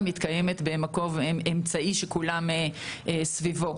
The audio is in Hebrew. היא מתקיימת באמצעי שכולם סביבו,